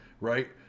Right